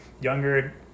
younger